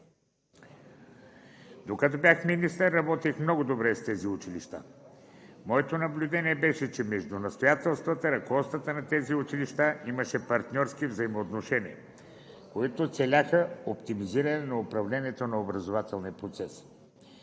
Докато бях министър, работех много добре с тези училища. Моето наблюдение беше, че между настоятелствата и ръководствата на тези училища имаше партньорски взаимоотношения, които целяха оптимизиране на управлението на образователния процес.